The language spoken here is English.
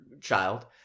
child